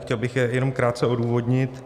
Chtěl bych je jenom krátce odůvodnit.